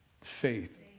Faith